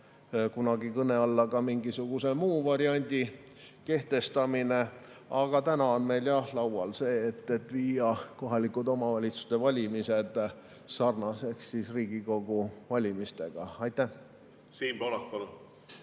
kunagi kõne alla ka mingisuguse muu variandi kehtestamine. Aga täna on meil laual see, et viia kohalike omavalitsuste valimised sarnaseks Riigikogu valimistega. Siim Pohlak,